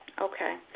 Okay